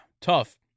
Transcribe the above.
tough